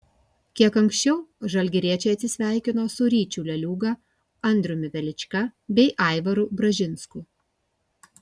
kiek anksčiau žalgiriečiai atsisveikino su ryčiu leliūga andriumi velička bei aivaru bražinsku